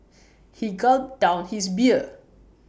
he gulped down his beer